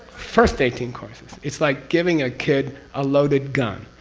first eighteen courses. it's like giving a kid a loaded gun.